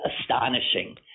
astonishing